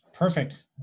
Perfect